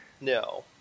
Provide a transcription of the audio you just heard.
No